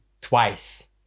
twice